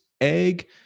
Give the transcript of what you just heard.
egg